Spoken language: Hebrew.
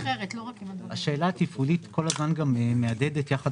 השאלה התפעולית כל הזמן מהדהדת יחד